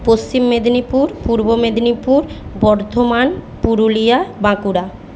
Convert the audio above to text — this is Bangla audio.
পশ্চিম মেদিনীপুর পূর্ব মেদিনীপুর বর্ধমান পুরুলিয়া বাঁকুড়া